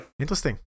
interesting